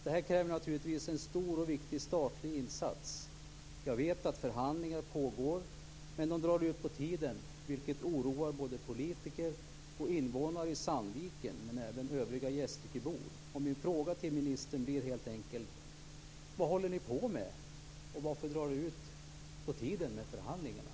Det här kräver naturligtvis en stor och viktig statlig insats. Jag vet att förhandlingar pågår, men de drar ut på tiden. Detta är något som oroar politiker och andra invånare i Sandviken - och även övriga gästrikebor. Min fråga till statsministern blir helt enkelt: Vad håller ni på med? Och varför drar det ut på tiden med förhandlingarna?